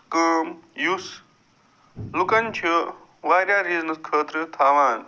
کٲم یُس لُکن چھِ وارِیاہ ریٖزنہٕ خٲطرٕ تھاوان